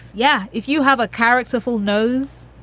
yeah, if you have a characterful nose